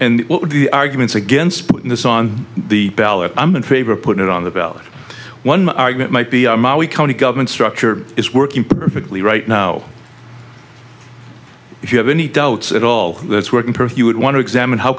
would the arguments against putting this on the ballot i'm in favor of put it on the ballot one argument might be we county government structure is working perfectly right now if you have any doubts at all this work in perth you would want to examine how